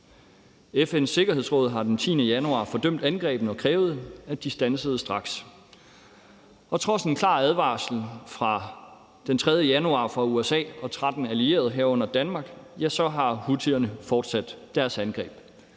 FN's Sikkerhedsråd har den 10. januar fordømt angrebene og krævet, at de straks standsede, og trods en klar advarsel den 3. januar fra USA og 13 allierede, herunder Danmark, har houthierne fortsat deres angreb.